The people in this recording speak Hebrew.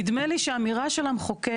נדמה לי שהאמירה של המחוקק,